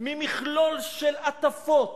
ממכלול של הטפות,